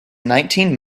nineteen